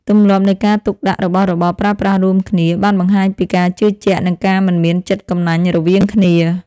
ទម្លាប់នៃការទុកដាក់របស់របរប្រើប្រាស់រួមគ្នា បានបង្ហាញពីការជឿជាក់ និងការមិនមានចិត្តកំណាញ់រវាងគ្នា។